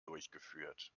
durchgeführt